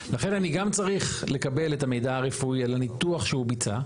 לכן אני גם צריך לקבל את המידע הרפואי על הניתוח שהוא ביצע.